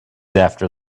after